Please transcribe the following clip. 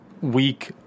week